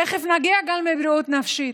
תכף נגיע גם לבריאות נפשית.